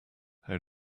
how